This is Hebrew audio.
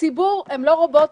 כשהציבור מבין הוא שומע ועושה.